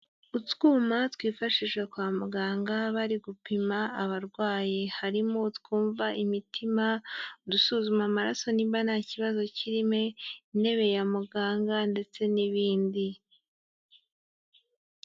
Utwuma twifashisha kwa muganga bari gupima abarwayi, harimo utwumva imitima, udusuzuma amaraso niba nta kibazo kirimo, intebe ya muganga ndetse n'ibindi.